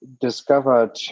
discovered